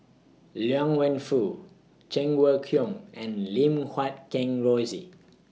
Liang Wenfu Cheng Wai Keung and Lim Guat Kheng Rosie